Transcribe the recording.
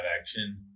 action